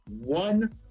One